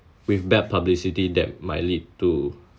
with bad publicity that might lead to